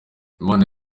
imana